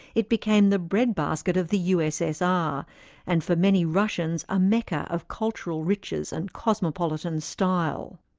it became the breadbasket of the ussr and for many russians a mecca of cultural riches and cosmopolitan style.